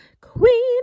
queen